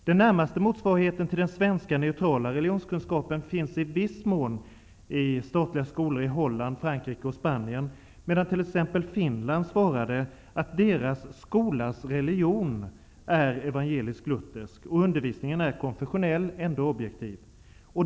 Den närmaste motsvarigheten till den svenska neutrala religionskunskapen finns i viss mån i statliga skolor i Holland, Frankrike och Spanien. Medan t.ex. Finland svarat att deras skolas religion är evangelisk-luthersk och att undervisningen är konfessionell, men ändå objektiv.